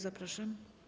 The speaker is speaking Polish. Zapraszam.